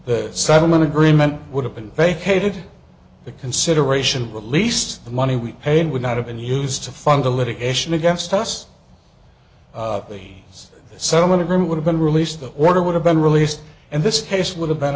this settlement agreement would have been vacated the consideration released the money we paid would not have been used to fund the litigation against us vanes settlement agreement would have been released the order would have been released and this case would have been